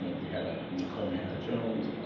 but we had ah nikole hannah-jones